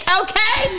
okay